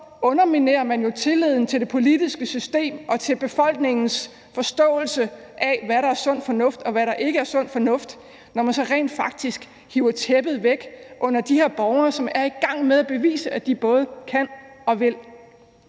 Man underminerer jo tilliden til det politiske system og til befolkningens forståelse af, hvad der er sund fornuft, og hvad der ikke er sund fornuft, når man så rent faktisk hiver tæppet væk under de her borgere, som er i gang med at bevise, at de både kan og vil.